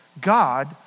God